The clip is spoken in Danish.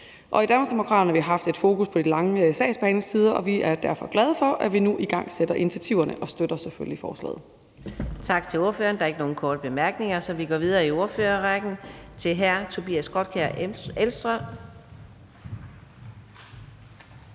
I Danmarksdemokraterne har vi haft et fokus på de lange sagsbehandlingstider, og vi er derfor glade for, at vi nu igangsætter initiativerne, og støtter selvfølgelig forslaget.